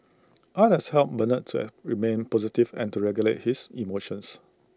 art has helped Bernard to remain positive and to regulate his emotions